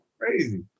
crazy